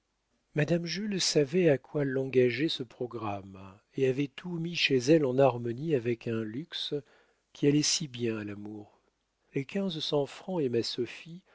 madame jules savait à quoi l'engageait ce programme et avait tout mis chez elle en harmonie avec un luxe qui allait si bien à l'amour les quinze cents francs